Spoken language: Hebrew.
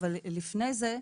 אבל לפני זה,